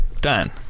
Dan